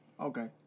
Okay